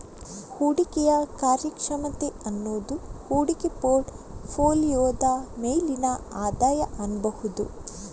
ಹೂಡಿಕೆಯ ಕಾರ್ಯಕ್ಷಮತೆ ಅನ್ನುದು ಹೂಡಿಕೆ ಪೋರ್ಟ್ ಫೋಲಿಯೋದ ಮೇಲಿನ ಆದಾಯ ಅನ್ಬಹುದು